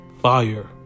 fire